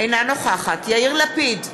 אינה נוכחת יאיר לפיד,